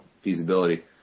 feasibility